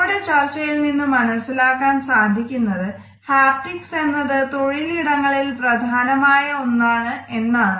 നമ്മുടെ ചർച്ചയിൽ നിന്നും മനസ്സിലാക്കാൻ സാധിക്കുന്നത് ഹാപ്റ്റിക്സ് എന്നത് തൊഴിലിടങ്ങളിൽ പ്രധാനമായ ഒന്നാണ് എന്നാണ്